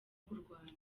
kurwana